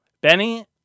Benny